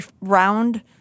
round